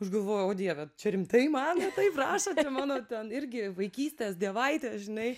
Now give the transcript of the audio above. aš galvojau o dieve čia rimtai man taip rašo čia mano ten irgi vaikystės dievaitė žinai